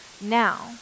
now